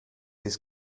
his